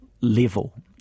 level